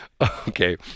okay